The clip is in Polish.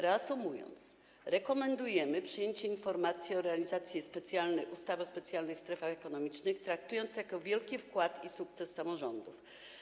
Reasumując: rekomendujemy przyjęcie informacji o realizacji specjalnej ustawy o specjalnych strefach ekonomicznych, traktując to jako wielki wkład i sukces samorządów.